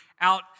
out